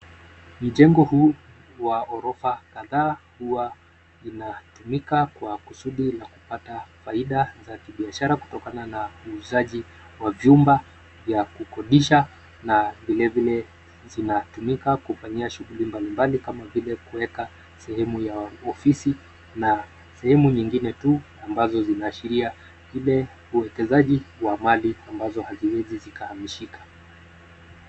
Mjengo huu wa ghorofa kadhaa, huwa unatumika kwa kusudi la kupata faida za kibiashara, kutokana na uuzaji wa vyumba vya kukodisha na vilevile vinatumika kufanyia shughuli mbalimbali, kama vile kuweka sehemu ya ofisi na sehemu zingine tu ambazo zinaashiria, ile uwekezaji wa mali ambazo haziwezi zikahamishika.